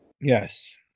Yes